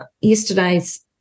yesterday's